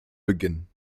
beginnen